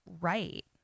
right